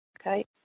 Okay